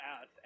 out